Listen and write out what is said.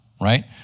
right